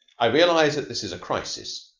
i realize that this is a crisis,